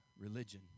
religion